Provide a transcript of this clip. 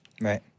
Right